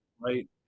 right